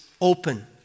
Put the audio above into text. open